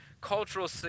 cultural